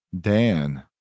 Dan